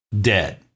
dead